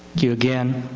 you again.